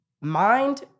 Mind